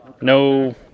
no